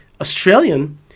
Australian